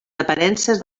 aparences